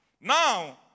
Now